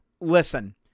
Listen